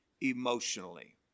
emotionally